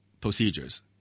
procedures